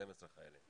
312,000 חיילים.